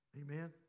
Amen